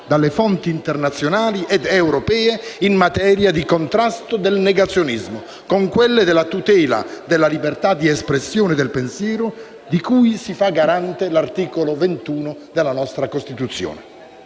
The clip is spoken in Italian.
dalle fonti internazionali ed europee in materia di contrasto del negazionismo con quelle della tutela della libertà di espressione del pensiero, di cui si fa garante l'articolo 21 della nostra Costituzione.